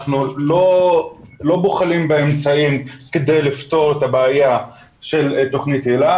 אנחנו לא בוחלים באמצעים כדי לפתור את הבעיה של תוכנית היל"ה,